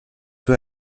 peu